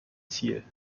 ziel